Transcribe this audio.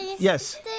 Yes